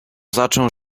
zaczął